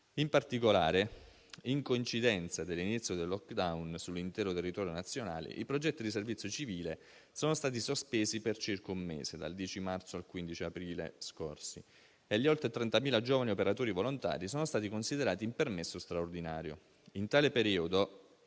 In particolare, in coincidenza dell'inizio del *lockdown* sull'intero territorio nazionale, i progetti di servizio civile sono stati sospesi per circa un mese (dal 10 marzo al 15 aprile scorsi) e gli oltre 30.000 giovani operatori volontari sono stati considerati in permesso straordinario. In tale periodo,